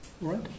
right